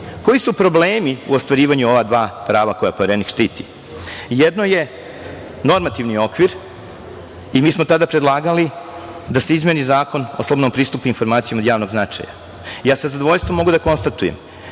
su problemi u ostvarivanju ova dva prava koja Poverenik štiti? Jedno je normativni okvir. Mi smo tada predlagali da se izmeni Zakon o slobodnom pristupu informacijama od javnog značaja. Sa zadovoljstvom mogu da konstatujem